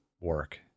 work